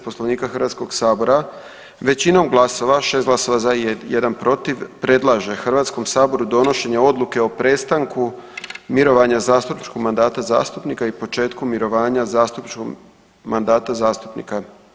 Poslovnika Hrvatskog sabora većinom glasova, 6 glasova za i 1 jedan protiv predlaže Hrvatskom saboru donošenje odluke o prestanku zastupničkog mandata zastupnika i početku mirovanja zastupničkog mandata zastupnika.